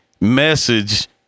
message